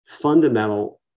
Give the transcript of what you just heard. fundamental